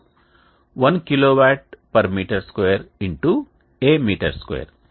ఇప్పుడు 1 kW m 2 X A m 2